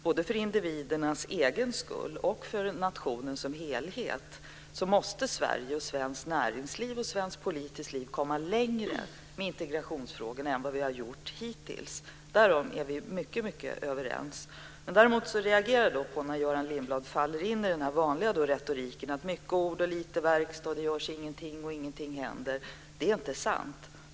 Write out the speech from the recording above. Både för individernas egen skull och för nationen som helhet måste Sverige, svenskt näringsliv och svenskt politiskt liv komma längre med integrationsfrågorna än vad vi har gjort hittills. Därom är vi helt överens. Men däremot reagerade jag när Göran Lindblad faller in i den vanliga retoriken om mycket prat och lite verkstad, att det inte görs någonting och att ingenting händer. Det är inte sant.